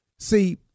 See